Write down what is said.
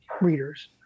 readers